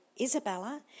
Isabella